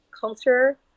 culture